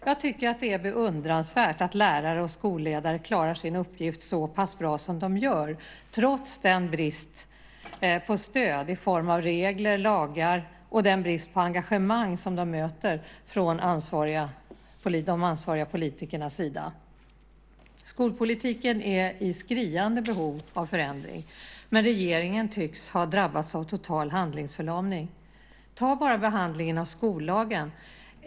Jag tycker att det är beundransvärt att lärare och skolledare klarar sin uppgift så pass bra som de gör trots den brist på stöd i form av regler och lagar och den brist på engagemang som de möter från de ansvariga politikernas sida. Skolpolitiken är i skriande behov av förändring, men regeringen tycks ha drabbats av total handlingsförlamning. Ta behandlingen av skollagen som exempel.